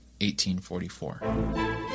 1844